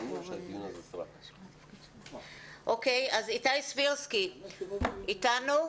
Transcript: איתי סבירסקי איתנו?